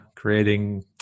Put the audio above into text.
creating